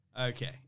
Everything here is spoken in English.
Okay